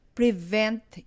prevent